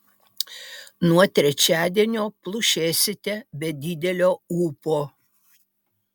nuo trečiadienio plušėsite be didelio ūpo